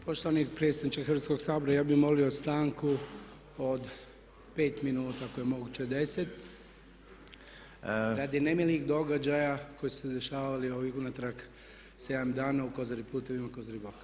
Poštovani predsjedniče Hrvatskoga sabora, ja bih molio stanku od 5 minuta, ako je moguće 10 radi nemilih događaja koji su se dešavali ovih unatrag 7 dana u Kozari putevima, Kozari boka.